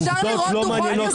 אפשר לראות דוחות כספיים?